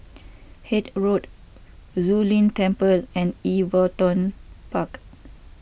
Hythe Road Zu Lin Temple and Everton Park